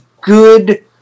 good